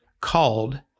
called